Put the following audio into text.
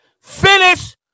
finish